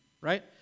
right